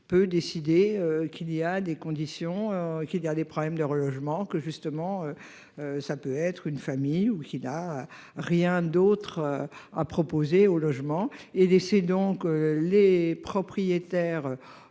peut décider qu'il y a des conditions qu'il y a des problèmes de relogement que justement. Ça peut être une famille ou qui n'a rien d'autre à proposer aux logement et des c'est donc les propriétaires.